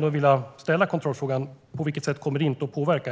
Då vill jag ställa ett par kontrollfrågor: På vilket sätt kommer detta inte att påverka?